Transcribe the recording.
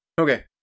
Okay